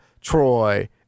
Troy